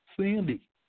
Sandy